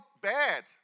bad